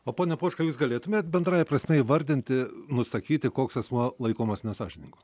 o pone poška jūs galėtumėte bendrąja prasme įvardinti nusakyti koks asmuo laikomas nesąžiningu